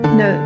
no